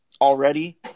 already